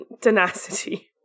tenacity